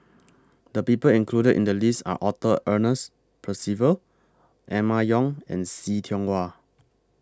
The People included in The list Are Arthur Ernest Percival Emma Yong and See Tiong Wah